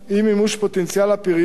3. אי-מימוש פוטנציאל הפריון,